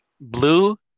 blue